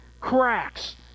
cracks